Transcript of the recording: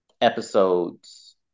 Episodes